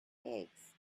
eggs